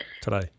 today